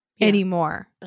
anymore